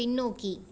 பின்னோக்கி